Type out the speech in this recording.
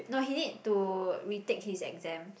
no he need to retake his exams